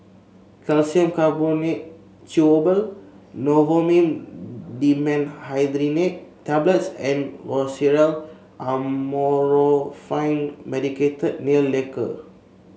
Calcium Carbonate Chewable Novomin Dimenhydrinate Tablets and Loceryl Amorolfine Medicated Nail Lacquer